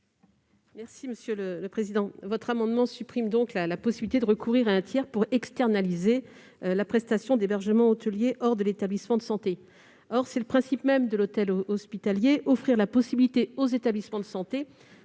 ? Ma chère collègue, votre amendement vise à supprimer la possibilité de recourir à un tiers pour externaliser la prestation d'hébergement hôtelier hors de l'établissement de santé. Or c'est le principe même de l'hôtel hospitalier : offrir la possibilité aux établissements de santé